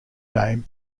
name